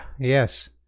Yes